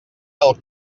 del